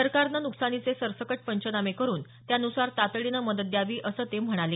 सरकारनं नुकसानीचे सरसकट पंचनामे करून त्यानुसार तातडीनं मदत द्यावी असंही ते म्हणाले